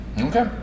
Okay